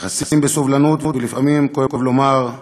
מתייחסות בסובלנות, ולפעמים, כואב לומר,